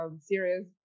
series